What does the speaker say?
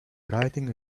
writing